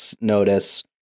notice